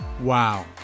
Wow